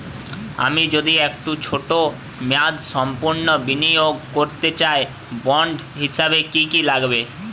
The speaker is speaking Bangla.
আমি যদি একটু ছোট মেয়াদসম্পন্ন বিনিয়োগ করতে চাই বন্ড হিসেবে কী কী লাগবে?